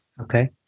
Okay